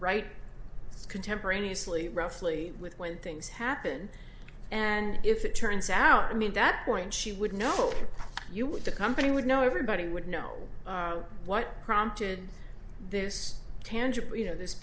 right contemporaneously roughly with when things happen and if it turns out i mean that point she would know you would the company would know everybody would know what prompted this tangible you know th